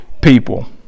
people